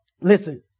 listen